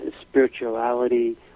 spirituality